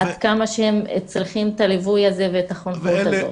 עד כמה שהם צריכים את הליווי הזה ואת החונכות הזאת.